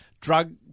drug